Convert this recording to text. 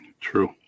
True